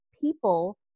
people